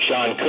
Sean